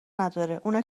نداره، اونا